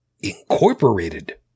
incorporated